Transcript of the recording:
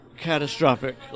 catastrophic